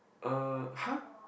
uh !huh!